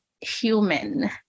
human